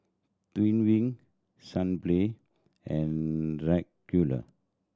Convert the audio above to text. Twining Sunplay and